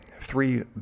three